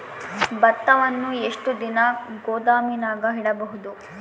ಭತ್ತವನ್ನು ಎಷ್ಟು ದಿನ ಗೋದಾಮಿನಾಗ ಇಡಬಹುದು?